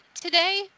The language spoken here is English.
today